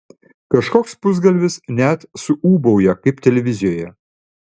kažkoks pusgalvis net suūbauja kaip televizijoje